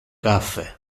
caffe